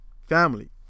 Family